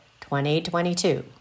2022